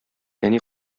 әни